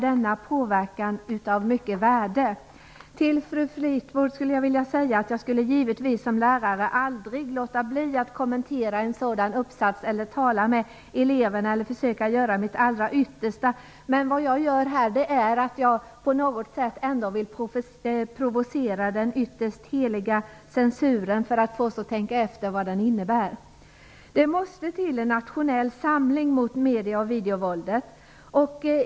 Denna påverkan är av stort värde. Till fru Fleetwood vill jag säga att jag som lärare aldrig skulle låta bli att kommentera en sådan uppsats, tala med eleverna och försöka göra mitt allra yttersta. Men jag tog upp detta för att provocera och få oss att tänka efter vad det ytterst heliga censurförbudet innebär. Det måste till en nationell samling mot medie och videovåldet.